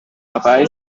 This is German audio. dabei